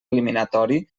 eliminatori